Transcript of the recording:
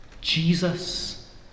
Jesus